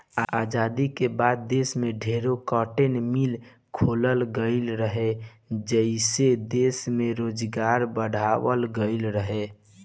आजादी के बाद देश में ढेरे कार्टन मिल खोलल गईल रहे, जेइसे दश में रोजगार बढ़ावाल गईल रहे